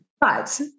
But-